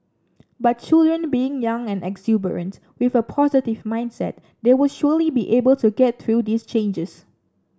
but children being young and exuberant with a positive mindset they will surely be able to get through these changes